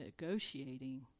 negotiating